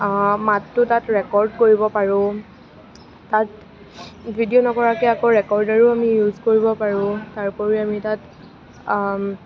মাতটো তাত ৰেকৰ্ড কৰিব পাৰোঁ তাত ভিডিঅ' নকৰাকৈ আকৌ ৰেকৰ্ডাৰও আমি ইউজ কৰিব পাৰোঁ তাৰোপৰি আমি তাত